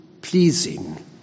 pleasing